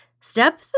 Step